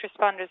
responders